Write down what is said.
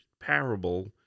Parable